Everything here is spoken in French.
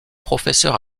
professeur